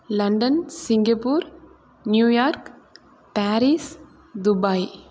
London Singapore New York Paris Dubai